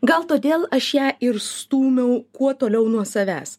gal todėl aš ją ir stūmiau kuo toliau nuo savęs